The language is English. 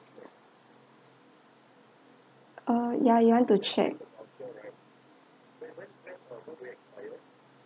uh ya you want to check